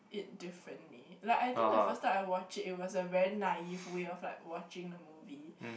it differently like I think the first time I watched it it was a very naive way of like watching the movie